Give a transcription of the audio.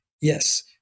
yes